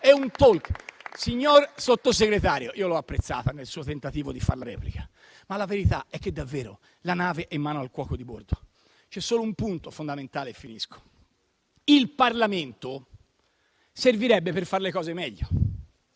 Signor sottosegretario, io l'ho apprezzata nel suo tentativo di fare la replica. Ma la verità è che la nave è davvero in mano al cuoco di bordo. C'è solo un punto fondamentale, e finisco. Il Parlamento servirebbe per fare le cose meglio: